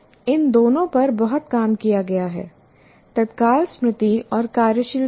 इन दोनों पर बहुत काम किया गया है तत्काल स्मृति और कार्यशील स्मृति